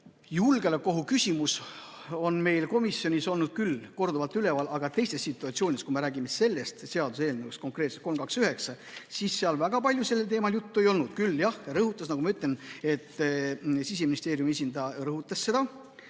julgeolekuohu küsimus on meil komisjonis olnud korduvalt üleval, aga teistes situatsioonides. Kui me räägime sellest seaduseelnõust, konkreetselt eelnõust 329, siis meil väga palju sellel teemal juttu ei olnud. Küll jah rõhutas, nagu ma ütlesin, Siseministeeriumi esindaja seda